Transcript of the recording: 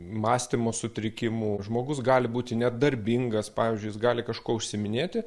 mąstymo sutrikimų žmogus gali būti nedarbingas pavyzdžiui jis gali kažkuo užsiiminėti